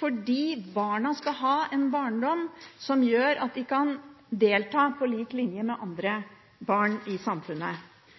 fordi barna skal ha en barndom som gjør at de kan delta på lik linje med andre barn i samfunnet.